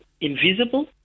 invisible